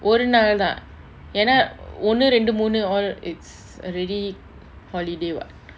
ஒரு நாள்தா ஏனா ஒன்னு ரெண்டு மூனு:oru naaltha yena onnu rendu moonu all it's already holiday what